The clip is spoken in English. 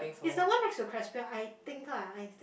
it's the one next to I think lah I think